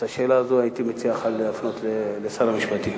את השאלה הזו הייתי מציע לך להפנות לשר המשפטים.